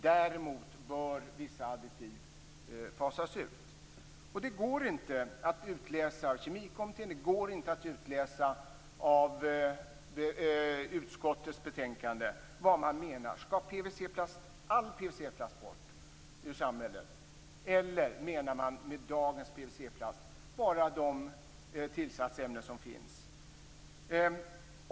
Däremot bör vissa additiv fasas ut. Det går inte att utläsa av Kemikommitténs betänkande och det går inte att utläsa av utskottet betänkande vad man menar. Skall all PVC-plast bort ur samhället, eller menar man med dagens PVC-plast bara de tillsatsämnen som finns?